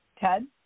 Ted